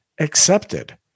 accepted